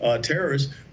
terrorists